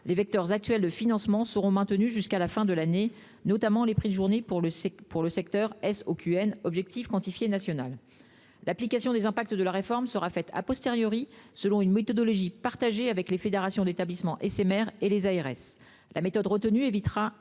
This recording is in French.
les vecteurs actuels de financement seront maintenus jusqu'à la fin de l'année, notamment les prix de journée pour le ex-OQN (ex-objectif quantifié national). L'application des impacts de la réforme sera faite, selon une méthodologie partagée avec les fédérations d'établissements SMR et les agences régionales de santé